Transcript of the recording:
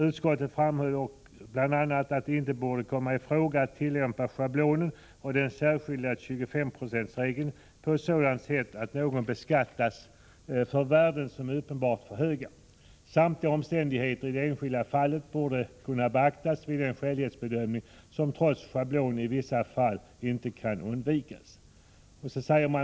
Utskottet framhöll bl.a. att det inte borde komma i fråga att tillämpa schablonen och den särskilda 25-procentsregeln på ett sådant sätt att någon beskattas för värden som är uppenbart för höga. Samtliga omständigheter i det enskilda fallet borde kunna beaktas vid den skälighetsbedömning som trots schablonen i vissa fall inte kan undvikas.